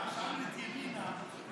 שאלנו את ימינה,